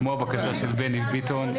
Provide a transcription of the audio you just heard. כמו הבקשה של בני ביטון,